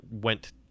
went